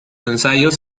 ensayos